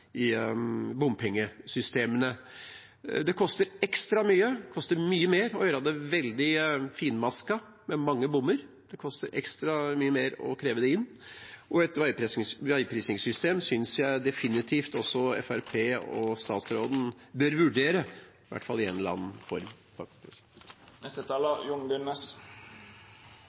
bompengesystemene. Det koster ekstra mye – det koster mye mer – å gjøre det veldig finmasket med mange bommer, det koster ekstra mye mer å kreve inn. Et veiprisingssystem synes jeg definitivt også Fremskrittspartiet og statsråden bør vurdere i hvert fall i en eller annen form.